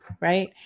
Right